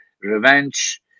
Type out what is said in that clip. revenge